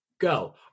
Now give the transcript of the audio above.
go